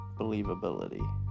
believability